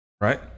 right